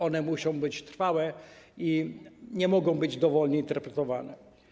One muszą być trwałe i nie mogą być dowolnie interpretowane.